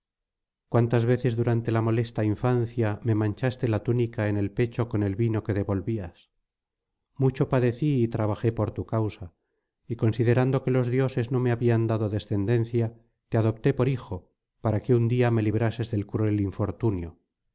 cuántas veces durante la molesta infancia me manchaste la túnica en el pecho con el vino que devolvías mucho padecí y trabajé por tu causa y considerando que los dioses no me habían dado descendencia te adopté por hijo para que un día me librases del cruel infortunio